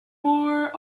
more